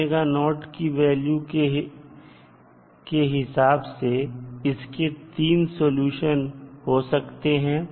α और की वैल्यू के हिसाब से इसके 3 सलूशन हो सकते हैं